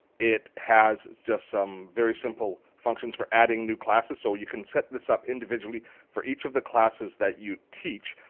it has just some very simple functions for adding new classes so you can set this up individually for each of the classes that you teach.